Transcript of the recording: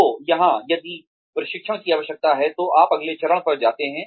तो यहां यदि प्रशिक्षण की आवश्यकता है तो आप अगले चरण पर जाते हैं